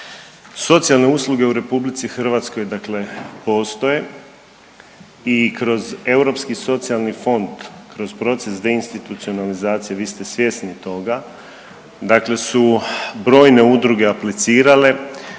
Socijalne usluge u RH postoje i kroz Europski socijalni fond kroz proces deinstitucionalizacije, vi ste svjesni toga su brojne udruge aplicirale,